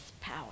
power